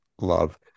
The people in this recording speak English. love